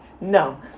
no